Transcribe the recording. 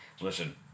Listen